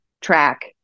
track